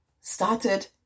started